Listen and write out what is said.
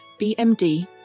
bmd